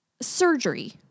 surgery